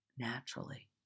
naturally